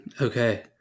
Okay